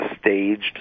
staged